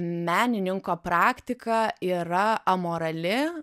menininko praktika yra amorali